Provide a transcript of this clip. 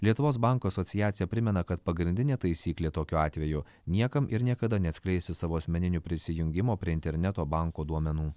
lietuvos bankų asociacija primena kad pagrindinė taisyklė tokiu atveju niekam ir niekada neatskleisti savo asmeninių prisijungimo prie interneto banko duomenų